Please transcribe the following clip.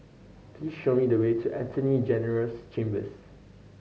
please show me the way to Attorney General's Chambers